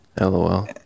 LOL